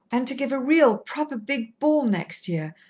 and to give a real, proper big ball next year,